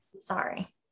sorry